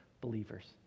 believers